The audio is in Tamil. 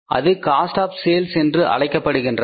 அது காஸ்ட் ஆஃ செல்ஸ் என்று அழைக்கப்படுகின்றது